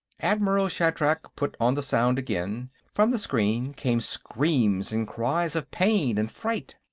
admiral shatrak put on the sound again from the screen came screams and cries of pain and fright.